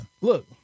Look